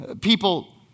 people